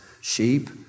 Sheep